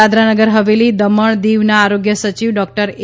દાદરાનગર હવેલી દમણ દીવના આરોગ્ય સચિવ ડોક્ટર એ